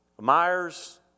Myers